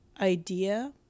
idea